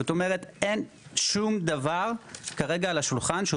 זאת אומרת אין שום דבר כרגע על השולחן שהוא